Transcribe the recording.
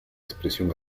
expresión